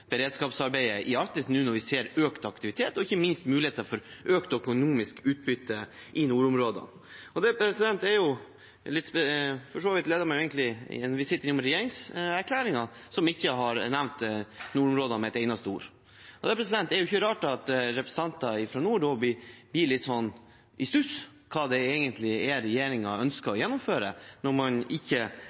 beredskapsarbeidet i Arktis nå når vi ser økt aktivitet og ikke minst muligheter til økt økonomisk utbytte i nordområdene. Det leder meg for så vidt til regjeringserklæringen, som jeg sitter med, hvor man ikke har nevnt nordområdene med et eneste ord. Da er det jo ikke rart at representanter fra nord blir litt i stuss om hva det egentlig er regjeringen ønsker å gjennomføre, når man ikke